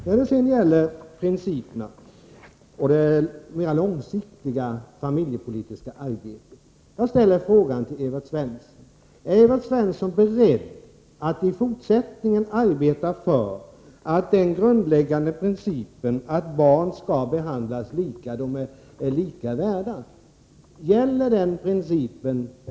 När det gäller principerna och det mera långsiktiga familjepolitiska arbetet vill jag ställa frågan: Är Evert Svensson beredd att i fortsättningen arbeta efter den grundläggande principen att barn skall behandlas lika och är lika värda? Gäller den principen?